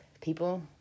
people